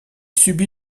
subit